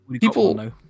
people